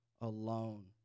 alone